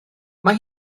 mae